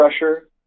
pressure